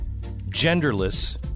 genderless